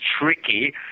tricky